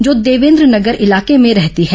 जो देवेन्द्र नगर इलाके में रहती है